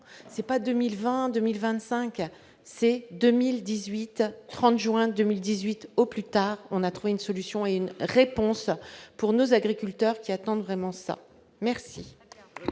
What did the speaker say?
c'est pas 2020, 2025 c'est 2000 18 heures 30 juin 2018 au plus tard, on a trouvé une solution et une réponse pour nos agriculteurs qui attendent vraiment ça merci.